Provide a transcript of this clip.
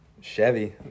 Chevy